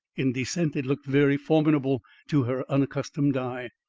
in descent it looked very formidable to her unaccustomed eye.